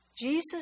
Jesus